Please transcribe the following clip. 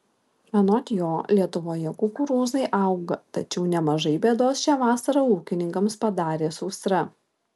anot jo lietuvoje kukurūzai auga tačiau nemažai bėdos šią vasarą ūkininkams padarė sausra